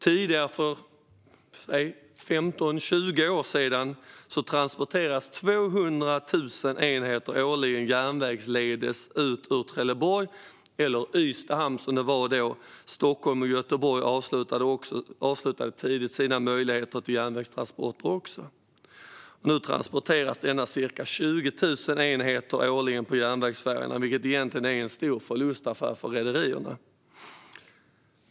Tidigare, för 15-20 år sedan, transporterades 200 000 enheter årligen järnvägsledes ut ur Trelleborgs eller Ystads hamn, som det då handlade om. Stockholm och Göteborg avslutade tidigt sina möjligheter till järnvägstransporter. Nu transporteras endast ca 20 000 enheter årligen på järnvägsfärjorna, vilket egentligen är en stor förlustaffär för rederierna.